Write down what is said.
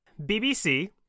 BBC